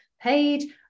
page